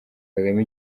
kagame